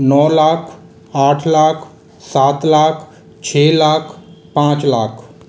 नौ लाख आठ लाख सात लाख छः लाख पाँच लाख